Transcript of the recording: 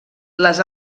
les